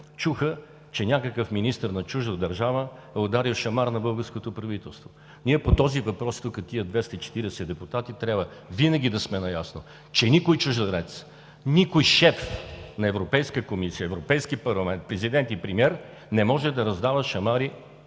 Чуха, че някакъв министър на чужда държава е ударил шамар на българското правителство. Ние по този въпрос тук – тези 240 депутати – трябва винаги да сме наясно, че никой чужденец, никой шеф на Европейска комисия, Европейски парламент, президент и премиер не може да раздава шамари